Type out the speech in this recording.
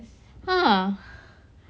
ah